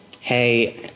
hey